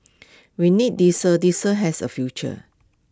we need diesel diesel has A future